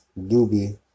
doobie